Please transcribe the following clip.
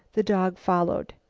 the dog followed.